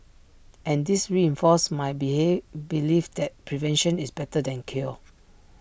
and this reinforced my behave belief that prevention is better than cure